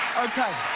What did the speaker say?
okay.